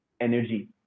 energy